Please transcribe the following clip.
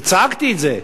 וצעקתי את זה,